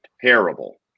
terrible